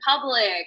public